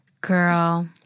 Girl